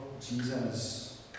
Jesus